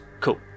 Cool